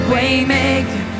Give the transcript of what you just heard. Waymaker